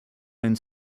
owned